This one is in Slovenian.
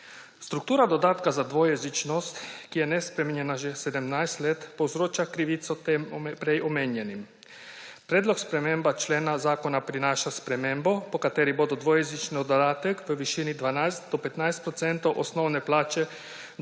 Struktura dodatka za dvojezičnost, ki je nespremenjena že 17 let, povzroča krivico tem prej omenjenim. Predlog spremembe člena zakona prinaša spremembo, po kateri bodo dvojezični dodatek v višini 12 do 15 procentov osnovne plače